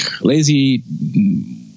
lazy